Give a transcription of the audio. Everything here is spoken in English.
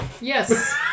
Yes